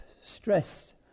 stress